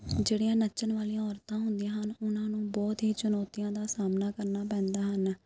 ਜਿਹੜੀਆਂ ਨੱਚਣ ਵਾਲੀਆਂ ਔਰਤਾਂ ਹੁੰਦੀਆਂ ਹਨ ਉਹਨਾਂ ਨੂੰ ਬਹੁਤ ਹੀ ਚੁਣੌਤੀਆਂ ਦਾ ਸਾਹਮਣਾ ਕਰਨਾ ਪੈਂਦਾ ਹਨ